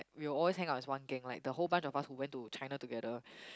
we will always hang out as one gang like the whole bunch of us who went to China together